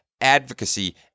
advocacy